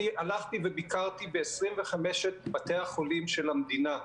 ביקרתי ב-25 בתי החולים של המדינה,